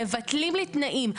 מבטלים לי תנאים.